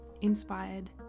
inspired